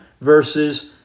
verses